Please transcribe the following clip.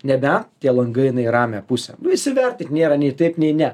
nebent tie langai eina į ramiąją pusę nu įsivertint nėra nei taip nei ne